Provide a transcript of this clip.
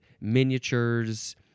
miniatures